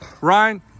Ryan